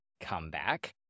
comeback